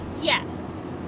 Yes